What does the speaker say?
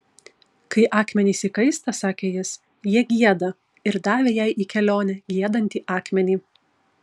kai akmenys įkaista sakė jis jie gieda ir davė jai į kelionę giedantį akmenį